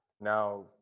Now